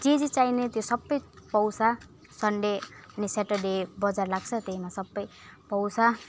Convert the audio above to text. जे जे चाहिने त्यो सबै पाउँछ सन्डे अनि स्याटरडे बजार लाग्छ त्यहीमा सबै पाउँछ